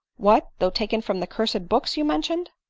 what, though taken from the cursed books you men tioned?